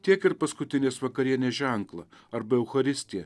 tiek ir paskutinės vakarienės ženklą arba eucharistiją